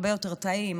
הרבה יותר טעים,